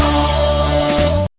oh yeah